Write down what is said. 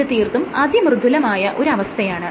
ഇത് തീർത്തും അതിമൃദുലമായ ഒരവസ്ഥയാണ്